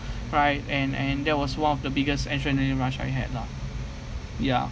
right and and that was one of the biggest adrenaline rush I had lah ya